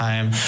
Time